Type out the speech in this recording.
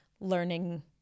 learning